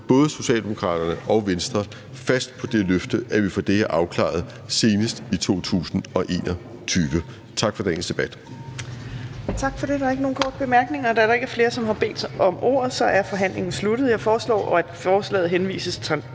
både Socialdemokraterne og Venstre fast på det løfte, at vi får det her afklaret senest i 2021. Tak for dagens debat.